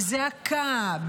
בזעקה,